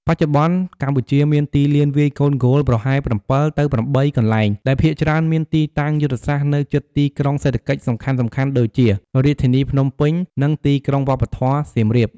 បច្ចុប្បន្នកម្ពុជាមានទីលានវាយកូនហ្គោលប្រហែល ៧ ទៅ ៨ កន្លែង ដែលភាគច្រើនមានទីតាំងយុទ្ធសាស្ត្រនៅជិតទីក្រុងសេដ្ឋកិច្ចសំខាន់ៗដូចជា រាជធានីភ្នំពេញ និងទីក្រុងវប្បធម៌សៀមរាប។